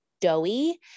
doughy